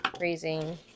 raising